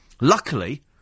Luckily